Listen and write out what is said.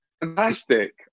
fantastic